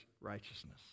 righteousness